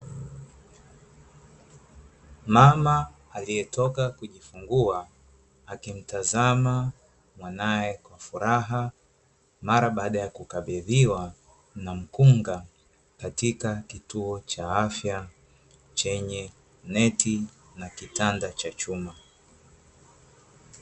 Mama aliyetoka kujifungua, akimtazama mwanae kwa furaha mara baada ya kukabidhiwa na mkunga katika kituo cha afya chenye neti na kitanda cha chuma.